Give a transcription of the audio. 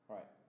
Right